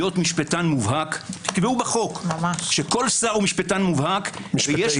להיות משפטן מובהק תקבעו בחוק שכל שר הוא משפטן מובהק וכך